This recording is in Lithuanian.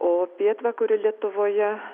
o pietvakarių lietuvoje